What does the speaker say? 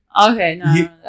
okay